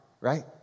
right